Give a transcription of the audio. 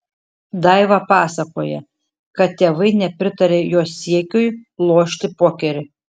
daiva pasakoja kad tėvai nepritarė jos siekiui lošti pokerį